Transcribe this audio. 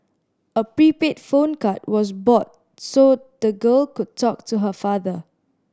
a prepaid phone card was bought so the girl could talk to her father